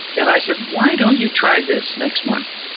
and i said, why don't you try this next month,